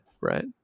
right